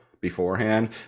beforehand